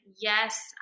yes